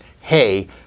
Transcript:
hey